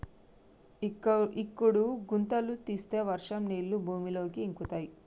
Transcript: ఇంకుడు గుంతలు తీస్తే వర్షం నీళ్లు భూమిలోకి ఇంకుతయ్